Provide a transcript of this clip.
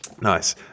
Nice